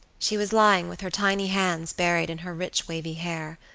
she was lying with her tiny hands buried in her rich wavy hair,